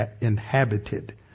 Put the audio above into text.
inhabited